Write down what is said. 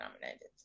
nominated